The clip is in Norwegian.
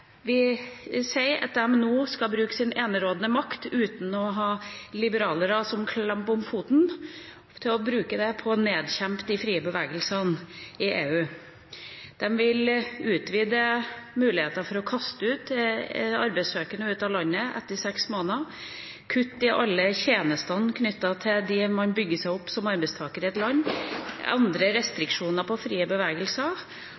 sier at de nå skal bruke sin enerådende makt – uten å ha liberalere som klamp om foten – til å nedkjempe de frie bevegelsene i EU. De vil utvide mulighetene for å kaste arbeidssøkende ut av landet etter seks måneder, kutte i alle tjenestene knyttet til det man bygger seg opp som arbeidstaker i et land, ha andre restriksjoner på frie bevegelser